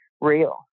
real